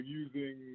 using